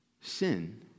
sin